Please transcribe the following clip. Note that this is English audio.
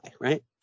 Right